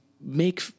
make